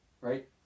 right